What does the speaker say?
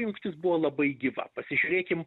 jungtis buvo labai gyva pasižiūrėkime